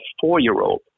four-year-old